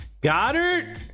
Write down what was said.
Goddard